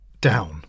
Down